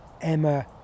emma